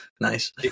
Nice